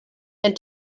and